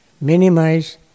minimize